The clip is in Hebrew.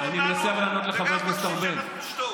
אני מנסה לענות לחבר הכנסת ארבל.